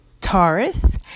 Taurus